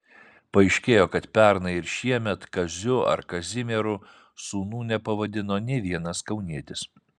paaiškėjo kad pernai ir šiemet kaziu ar kazimieru sūnų nepavadino nė vienas kaunietis